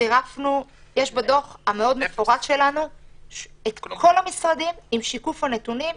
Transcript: בדוח המפורט שלנו יש את כל המשרדים עם שיקוף הנתונים.